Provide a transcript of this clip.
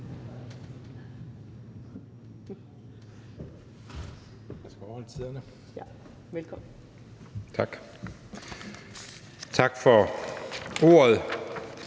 Tak for ordet.